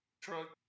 truck